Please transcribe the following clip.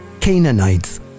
Canaanites